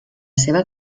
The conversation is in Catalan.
seva